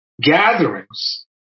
gatherings